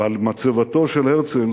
ועל מצבתו של הרצל